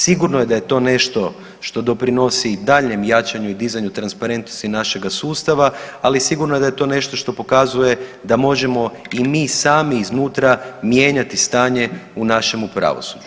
Sigurno je da je to nešto što doprinosi daljnjem jačanju i dizanju transparentnosti našega sustava, ali sigurno da je to nešto što pokazuje da možemo i mi sami iznutra mijenjati stanje u našemu pravosuđu.